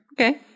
Okay